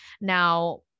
Now